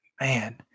Man